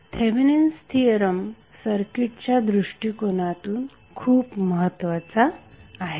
Thevenin's theorem सर्किटच्या दृष्टीकोनातून खुप महत्वाचा आहे